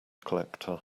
collector